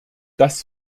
das